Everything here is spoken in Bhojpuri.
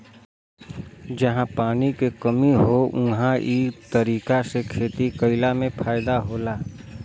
जहां पानी के कमी हौ उहां इ तरीका से खेती कइला में फायदा होला